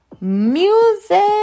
music